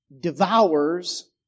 devours